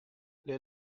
les